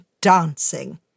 dancing